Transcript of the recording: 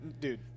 dude